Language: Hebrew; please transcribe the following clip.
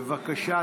בבקשה,